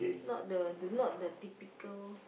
not the the not the typical